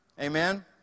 Amen